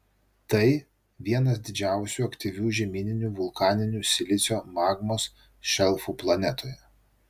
tai vienas didžiausių aktyvių žemyninių vulkaninių silicio magmos šelfų planetoje